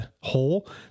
hole